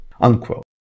unquote